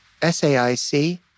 SAIC